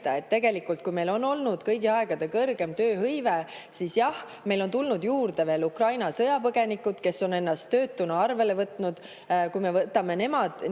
Tegelikult, kui meil on olnud kõigi aegade kõrgeim tööhõive, siis jah, meile on tulnud juurde Ukraina sõjapõgenikud, kes on ennast töötuna arvele võtnud. Kui me võtame nemad,